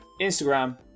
Instagram